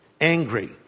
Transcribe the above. angry